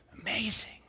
Amazing